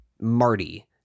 Marty